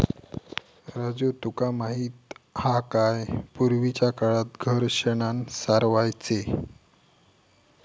राजू तुका माहित हा काय, पूर्वीच्या काळात घर शेणानं सारवायचे